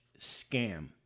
scam